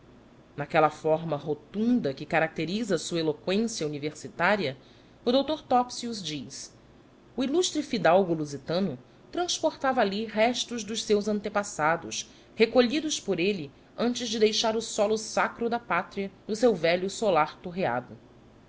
naquela forma rotunda que caracteriza a sua eloquência universitária o doutor topsius diz o ilustre fidalgo lusitano transportava ali restos dos seus antepassados recolhidos por ele antes de deixar o solo sacro da pátria no seu velho solar torreado